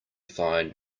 find